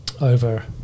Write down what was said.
over